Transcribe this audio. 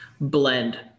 blend